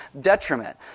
detriment